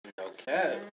Okay